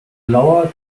lower